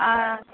আ